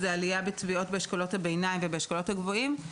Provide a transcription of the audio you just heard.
עלייה בטביעות באשכולות הביניים ובאשכולות הגבוהים.